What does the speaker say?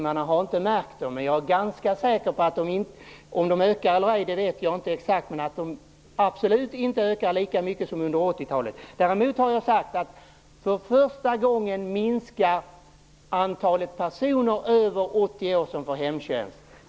Jag har inte tittat på antalet hemtjänsttimmar. Om de ökar eller ej vet jag inte exakt. Men jag är ganska säker på att de absolut inte ökar lika mycket som under 80-talet. Däremot minskar för första gången antalet personer över 80 år som får hemtjänst.